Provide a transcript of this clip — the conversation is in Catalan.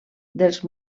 dels